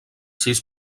sis